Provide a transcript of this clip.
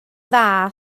dda